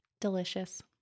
Delicious